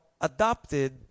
adopted